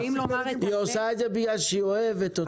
היא עושה את זה בגלל שהיא אוהבת אותך,